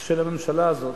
של הממשלה הזאת.